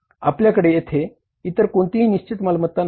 आपल्याकडे येथे इतर कोणतीही निश्चित मालमत्ता नाही